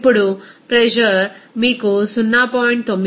ఇప్పుడు ప్రెజర్ మీకు 0